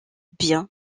bien